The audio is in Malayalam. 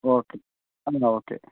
ഓക്കേ എന്നാൽ ഓക്കേ